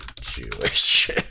Jewish